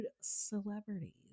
celebrities